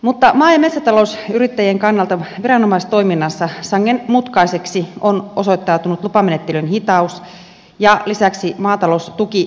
maa ja metsätalousyrittäjien kannalta viranomaistoiminnassa sangen mutkaiseksi ovat osoittautuneet lupamenettelyn hitaus ja lisäksi maataloustukivalvontojen resurssit